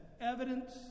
evidence